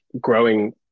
growing